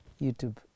YouTube